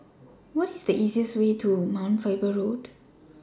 What IS The easiest Way to Mount Faber Road